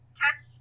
catch